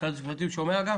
משרד המשפטים גם שומע?